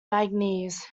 manganese